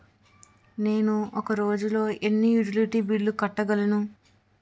నేను ఒక రోజుల్లో ఎన్ని యుటిలిటీ బిల్లు కట్టగలను?